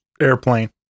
Airplane